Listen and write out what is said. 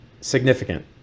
significant